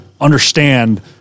understand